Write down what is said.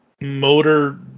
motor